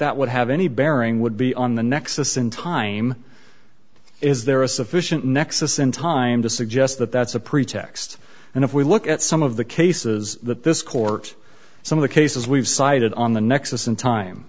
that would have any bearing would be on the nexus in time is there a sufficient nexus in time to suggest that that's a pretext and if we look at some of the cases that this court some of the cases we've cited on the nex